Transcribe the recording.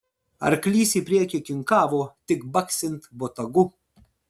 arklys į priekį kinkavo tik baksint botagu